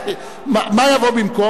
מה יבוא במקום?